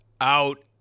Out